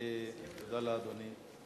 תודה לאדוני.